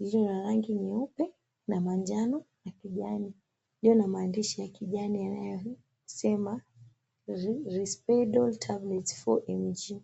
ya rangi nyeupe na manjano na kijani iliyo na maandishi ya kijani yanayosema Risperdal Tablets 4mg .